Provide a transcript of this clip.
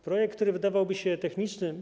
Projekt, który wydawałby się techniczny.